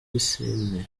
pisine